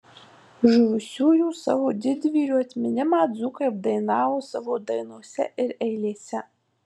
žuvusiųjų savo didvyrių atminimą dzūkai apdainavo savo dainose ir eilėse